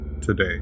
today